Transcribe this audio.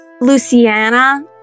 Luciana